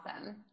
Awesome